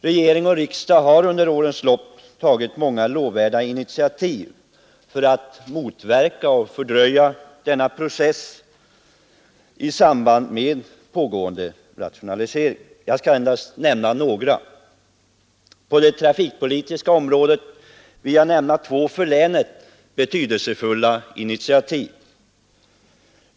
Regering och riksdag har under årens lopp tagit många lovvärda initiativ för att motverka och fördröja denna process i samband med pågående rationalisering. Jag skall här endast nämna några. På det trafikpolitiska området vill jag peka på två för länet betydelsefulla initiativ.